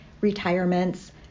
retirements